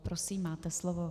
Prosím, máte slovo.